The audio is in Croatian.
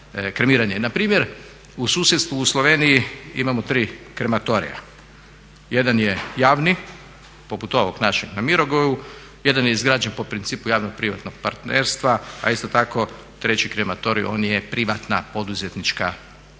Na primjer, u susjedstvu u Sloveniji imamo 3 krematorija. Jedan je javni poput ovog našeg na Mirogoju. Jedan je izgrađen po principu javno-privatnog partnerstva, a isto tako treći krematorij on je privatna poduzetnička inicijativa.